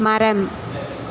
மரம்